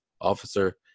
officer